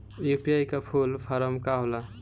UPI का full form का होला?